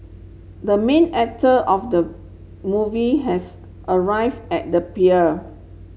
the main actor of the movie has arrive at the pier